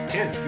Ken